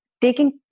taking